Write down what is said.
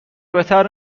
بهتر